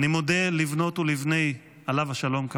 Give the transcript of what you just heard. עליו השלום.